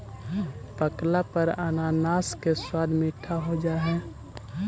पकला पर अनानास के स्वाद मीठा हो जा हई